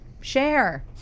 share